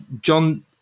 John